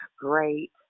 great